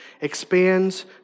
expands